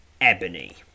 ebony